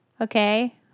Okay